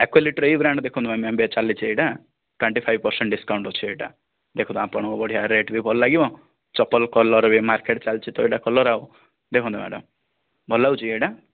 ଆକ୍ଵାଲିଟର ଏଇ ବ୍ରାଣ୍ଡ ଦେଖନ୍ତୁ ମ୍ୟାମ ଏବେ ଚାଲିଛି ଏଇଟା ଟ୍ୱେଣ୍ଟି ଫାଇଭ୍ ପରସେଣ୍ଟ ଡିସ୍କାଉଣ୍ଟ ଅଛି ଏଇଟା ଦେଖନ୍ତୁ ଆପଣଙ୍କୁ ବଢ଼ିଆ ରେଟ ବି ଭଲ ଲାଗିବ ଚପଲ କଲର୍ ବି ମାର୍କେଟ ଚାଲିଛି ତ ଏଇଟା କଲର୍ ଆଉ ଦେଖନ୍ତୁ ମ୍ୟାଡ଼ମ ଭଲ ଲାଗୁଛିକି ଏଇଟା